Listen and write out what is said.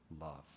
love